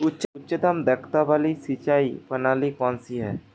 उच्चतम दक्षता वाली सिंचाई प्रणाली कौन सी है?